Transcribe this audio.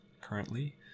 currently